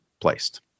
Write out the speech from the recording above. placed